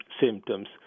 symptoms